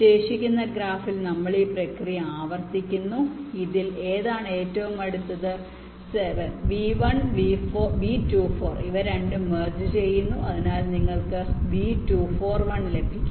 ശേഷിക്കുന്ന ഗ്രാഫിൽ നമ്മൾ ഈ പ്രക്രിയ ആവർത്തിക്കുന്നു ഇതിൽ ഏതാണ് ഏറ്റവും അടുത്തത് 7 V1 V24 ഇവ രണ്ടും മെർജ്ഏചെയ്യുന്നു അതിനാൽ ഞങ്ങൾക്ക് V241 ലഭിക്കും